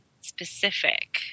specific